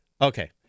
Okay